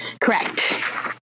Correct